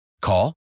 Call